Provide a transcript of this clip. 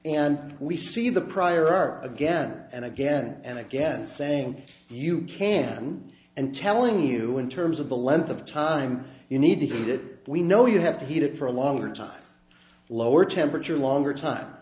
and we see the prior again and again and again saying you can and telling you in terms of the length of time you need to get it we know you have to heat it for a longer time lower temperature longer time